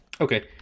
okay